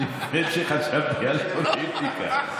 לפני שחשבתי על פוליטיקה.